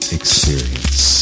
experience